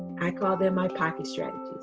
i call them my pocket strategies.